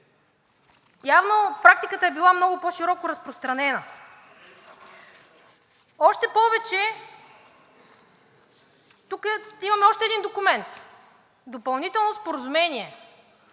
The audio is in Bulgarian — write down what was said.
явно практиката е била много по-широко разпространена. Още повече тук имаме още един документ – допълнително споразумение,